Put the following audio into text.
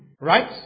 right